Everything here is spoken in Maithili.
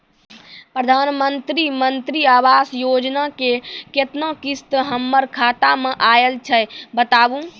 प्रधानमंत्री मंत्री आवास योजना के केतना किस्त हमर खाता मे आयल छै बताबू?